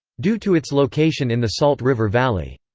due to its location in the salt river valley.